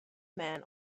man